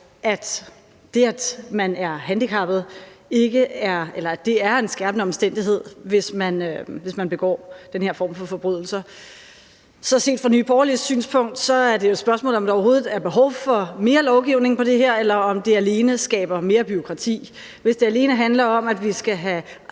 at der er tale om en handicappet, er en skærpende omstændighed, hvis man begår den her form for forbrydelse. Så set fra Nye Borgerliges synspunkt er det jo et spørgsmål om, om der overhovedet er behov for mere lovgivning på det her område, eller om det bare skaber mere bureaukrati. Hvis det alene handler om, at vi skal have